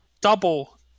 Double